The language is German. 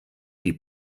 die